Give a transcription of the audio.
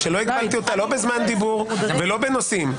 כשלא הגבלתי אותה לא בזמן דיבור ולא בנושאים,